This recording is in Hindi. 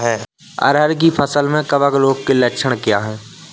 अरहर की फसल में कवक रोग के लक्षण क्या है?